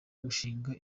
gushinga